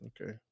Okay